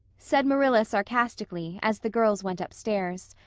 said marilla sarcastically, as the girls went upstairs.